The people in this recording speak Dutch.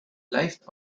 blijft